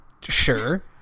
Sure